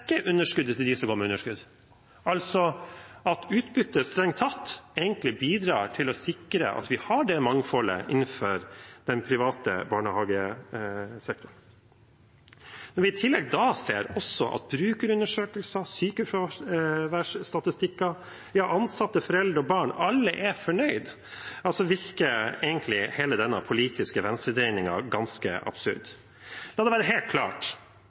underskuddet til dem som går med underskudd, altså at utbyttet strengt tatt bidrar til å sikre at vi har et mangfold innenfor den private barnehagesektoren. Når vi i tillegg ser av brukerundersøkelser og sykefraværsstatistikker at ansatte, foreldre og barn – alle – er fornøyd, virker egentlig hele denne politiske venstredreiningen ganske absurd. La det være helt klart: